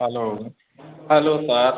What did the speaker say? hello hello sir